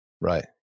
Right